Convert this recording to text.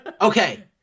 Okay